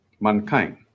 mankind